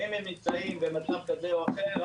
ואם הם נמצאים במצב כזה או אחר,